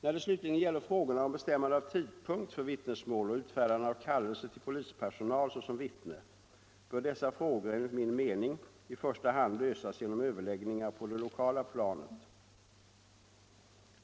När det slutligen gäller frågorna om bestämmande av tidpunkt för vittnesmål och utfärdande av kallelse till polispersonal såsom vittne bör dessa frågor enligt min mening i första hand lösas genom överläggningar på det lokala planet.